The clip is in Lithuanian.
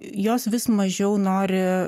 jos vis mažiau nori